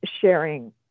sharing